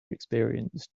experienced